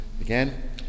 again